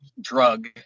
drug